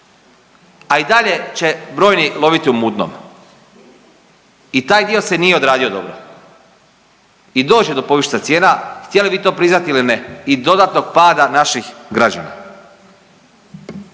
A i dalje će brojni loviti u mutnome i taj dio se nije odradio dobro. I doći će do povišica cijena htjeli vi to priznati ili ne i dodatnog pada naših građana.